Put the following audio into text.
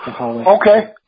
Okay